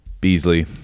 Beasley